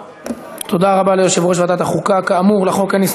אז מאחר שנדמה לי שאין שום התנגדות, ואין